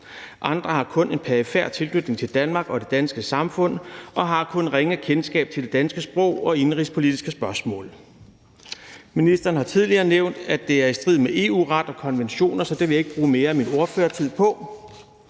Andre har kun en perifer tilknytning til Danmark og det danske samfund og har kun ringe kendskab til det danske sprog og indenrigspolitiske spørgsmål«. Ministeren har tidligere nævnt, at det er i strid med EU-retten og konventionerne, så det vil jeg ikke bruge mere af min ordførertale på.